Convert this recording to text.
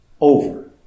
over